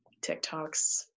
TikToks